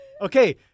Okay